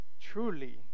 truly